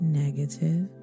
negative